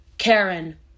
Karen